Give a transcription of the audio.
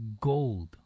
gold